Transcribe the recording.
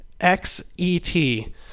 x-e-t